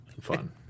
fun